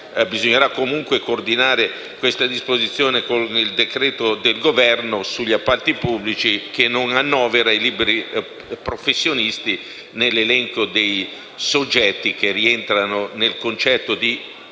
Bisognerà comunque coordinare questa disposizione con il decreto del Governo sugli appalti pubblici che non annovera i liberi professionisti nell’elenco dei soggetti che rientrano nel concetto di